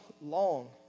long